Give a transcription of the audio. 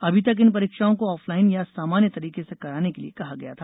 अभी तक इन परीक्षाओं को ऑफलाइन या सामान्य तरीके से कराने के लिये कहा गया था